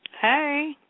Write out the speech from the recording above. Hey